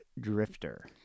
drifter